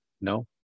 no